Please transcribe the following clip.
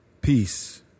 peace